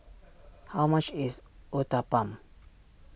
how much is Uthapam